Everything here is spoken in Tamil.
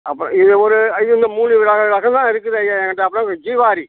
அப்புறம் இது ஒரு ஐயா இந்த மூணு வகை ரகம் தான் இருக்குது ஐயா ஏன்கிட்டே அப்புறம் ஜீவாரி